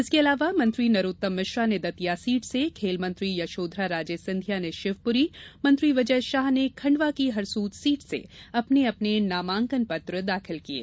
इसके अलावा मंत्री नरोत्तम मिश्रा ने दतिया सीट से खेल मंत्री यशोधरा राजे सिंधिया ने शिवप्री मंत्री विजय शाह ने खंडवा की हरसूद सीट से अपने अपने नामांकन पत्र दाखिल किये